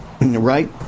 right